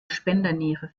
spenderniere